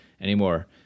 anymore